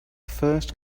first